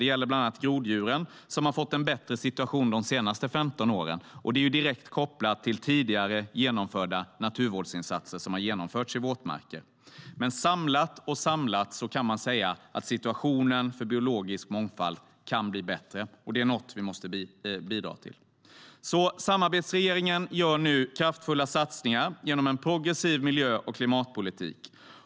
Det gäller bland annat groddjuren, som har fått en bättre situation de senaste 15 åren. Det är direkt kopplat till tidigare genomförda naturvårdsinsatser som har genomförts i våtmarker. Men samlat kan man säga att situationen för biologisk mångfald kan bli bättre. Det är något som vi måste bidra till. Samarbetsregeringen gör nu kraftfulla satsningar genom en progressiv miljö och klimatpolitik.